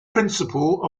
principle